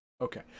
Okay